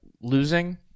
losing